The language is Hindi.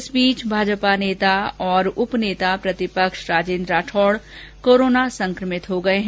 इस बीच भाजपा नेता और उप नेता प्रतिपक्ष राजेन्द्र राठौड़ कोरोना संक्रमित हो गए हैं